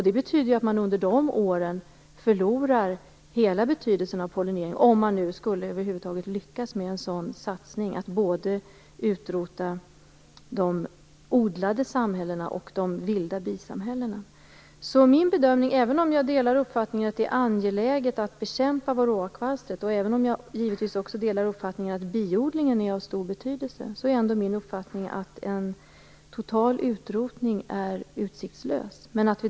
Det betyder att betydelsen av pollinering under de åren helt går förlorad, om man nu över huvud taget lyckas med en satsning som går ut på att utrota både de odlade samhällena och de vilda bisamhällena. Även om jag delar uppfattningen att det är angeläget att bekämpa varroakvalstret - givetvis delar jag också uppfattningen att biodlingen är av stor betydelse - menar jag att en total utrotning är utsiktslös.